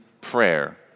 prayer